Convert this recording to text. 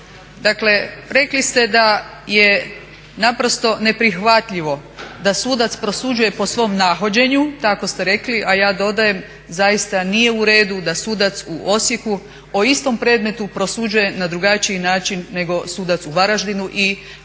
Dakle rekli ste da je naprosto neprihvatljivo da sudac prosuđuje po svom nahođenju, tako ste rekli a ja dodajem, zaista nije u redu da sudac u Osijeku o istom predmetu prosuđuje na drugačiji način nego sudac u Varaždinu i kolegica